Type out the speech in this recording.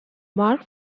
mark